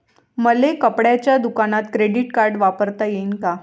मले कपड्याच्या दुकानात क्रेडिट कार्ड वापरता येईन का?